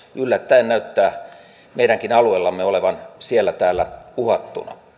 yllättäen näyttää meidänkin alueellamme olevan siellä täällä